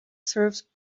serves